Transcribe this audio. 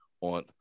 on